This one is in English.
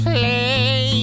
Play